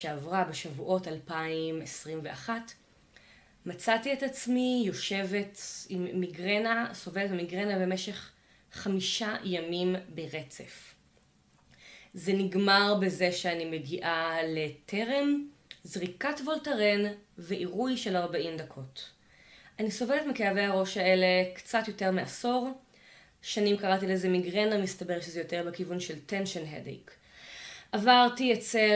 שעברה בשבועות 2021 מצאתי את עצמי, יושבת עם מיגרנה סובלת ממיגרנה במשך חמישה ימים ברצף. זה נגמר בזה שאני מגיעה ל"טרם", זריקת וולטרן ועירוי של 40 דקות. אני סובלת מכאבי הראש האלה קצת יותר מעשור, שנים קראתי לזה מיגרנה מסתבר שזה יותר בכיוון של tension headache עברתי אצל